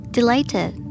Delighted